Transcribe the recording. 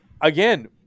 again